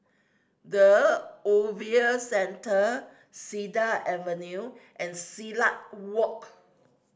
The Ogilvy Centre Cedar Avenue and Silat Walk